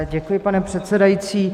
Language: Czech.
Děkuji, pane předsedající.